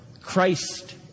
Christ